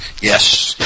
Yes